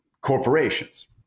corporations